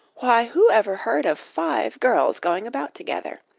why, who ever heard of five girls going about together?